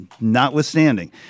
notwithstanding